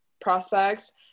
prospects